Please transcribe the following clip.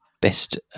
best